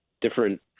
different